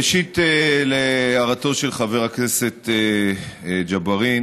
ראשית, להערתו של חבר הכנסת ג'בארין.